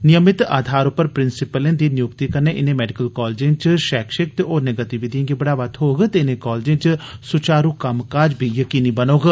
नियमित आधार पर प्रिंसिपलें दी नियुक्ति कन्नै इनें मैडिकल कालेजें च शैक्षिक ते होरनें गतिविधिएं गी बढ़ावा थ्होग ते इनें कालेजें च सुचारू कम्मकाज यकीनी बनी सकोग